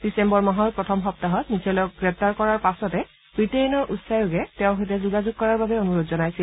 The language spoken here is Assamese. ডিচেম্বৰ মাহত প্ৰথম সপ্তাহত মিচেলক গ্ৰেপ্তাৰ কৰাৰ পাছতে ৱিটেইনৰ উচ্চায়োগে তেওঁৰ সৈতে যোগাযোগ কৰাৰ বাবে অনুৰোধ জনাইছিল